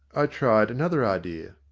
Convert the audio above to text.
i tried another idea.